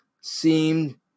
seemed